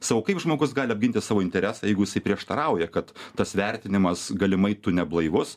sakau kaip žmogus gali apginti savo interesą jeigu jisai prieštarauja kad tas vertinimas galimai neblaivus